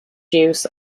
use